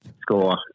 score